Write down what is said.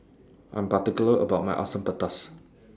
I'm particular about My Asam Pedas